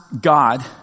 God